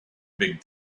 big